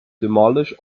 demolish